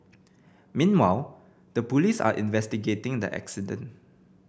meanwhile the police are investigating the accident